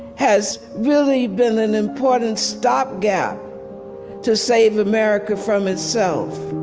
has really been an important stopgap to save america from itself